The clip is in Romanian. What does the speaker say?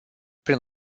prin